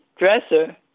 dresser